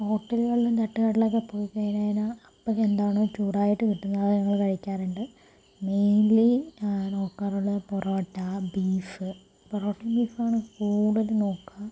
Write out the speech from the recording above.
ഹോട്ടലുകളിലും തട്ടുകടയിലുമൊക്കെ പോയി കഴിഞ്ഞു കഴിഞ്ഞാൽ നമുക്ക് എന്താണോ ചൂടായിട്ട് കിട്ടുന്നത് അത് ഞങ്ങള് കഴിക്കാറുണ്ട് മെയിൻലി നോക്കാറുള്ളത് പൊറോട്ട ബീഫ് പൊറോട്ടയും ബീഫുമാണ് കൂടുതലും നോക്കുക